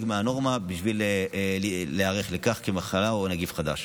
מהנורמה בשביל להיערך לכך כמחלה או נגיף חדש.